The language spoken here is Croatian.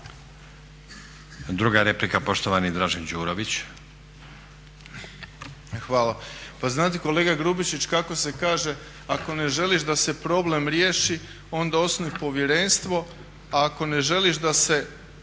Đurović. **Đurović, Dražen (HDSSB)** Hvala. Pa znate kolega Grubišić, kako se kaže ako ne želiš da se problem riješi onda osnuj povjerenstvo a ako ne želiš da se